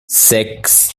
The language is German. sechs